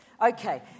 Okay